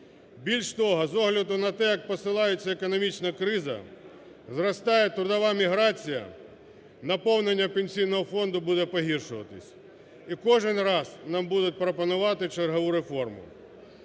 Більше того, з огляду на те, як посилається економічна криза, зростає трудова міграція наповнення Пенсійного фонду буде погіршувати і кожен раз нам будуть пропонувати чергову реформу.